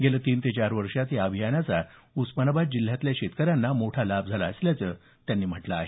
गेल्या तीन ते चार वर्षात या अभियानाचा उस्मानाबाद जिल्ह्यातल्या शेतकऱ्यांना मोठा लाभ झाला असल्याचं त्यांनी म्हटलं आहे